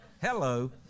Hello